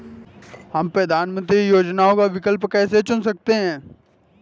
हम प्रधानमंत्री योजनाओं का विकल्प कैसे चुन सकते हैं?